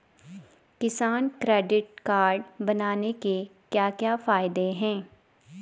किसान credit card बनाने के क्या क्या फायदे हैं?